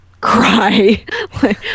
cry